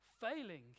failing